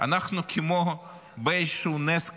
אנחנו כמו באיזשהו נס כזה.